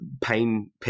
pain